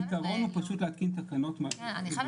כי יהיה צורך בתקנות שיאפשרו להן